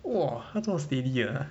!wah! 他这么 steady ah